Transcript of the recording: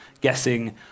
guessing